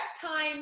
time